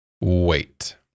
wait